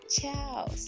ciao